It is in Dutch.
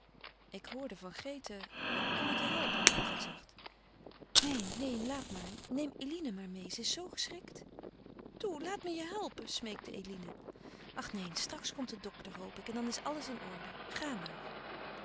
ik hoorde van grete kan ik je helpen vroeg hij zacht neen neen laat maar neem eline maar meê ze is zoo geschrikt toe laat me je helpen smeekte eline ach neen straks komt de dokter hoop ik en dan is alles in orde ga maar